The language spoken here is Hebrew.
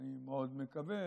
אני מאוד מקווה